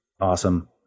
awesome